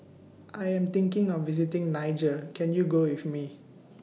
I Am thinking of visiting Niger Can YOU Go with Me